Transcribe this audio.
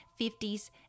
50s